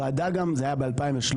זה היה ב-2013.